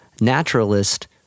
naturalist